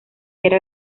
era